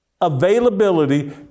Availability